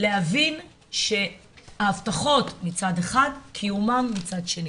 להבין שההבטחות מצד אחד, קיומם מצד שני.